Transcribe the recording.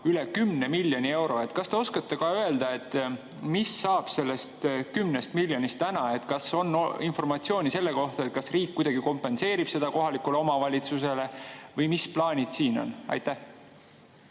üle 10 miljoni euro. Kas te oskate öelda, mis saab sellest 10 miljonist täna? Kas on informatsiooni selle kohta, et riik kuidagi kompenseerib selle kohalikule omavalitsusele, või mis plaanid siin on? Aitäh!